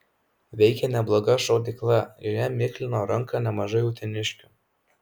veikė nebloga šaudykla joje miklino ranką nemažai uteniškių